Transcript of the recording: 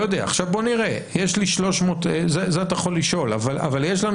לא יודע, זה אתה יכול לשאול, אבל יש לנו